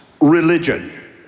religion